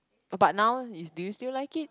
but now do you still like it